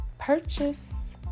purchase